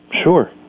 Sure